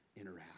interact